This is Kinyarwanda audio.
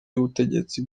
y’ubutegetsi